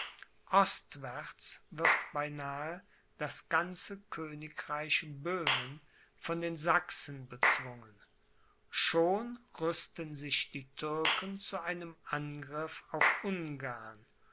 ostwärts wird beinahe das ganze königreich böhmen von den sachsen bezwungen schon rüsten sich die türken zu einem angriff auf ungarn und